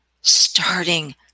starting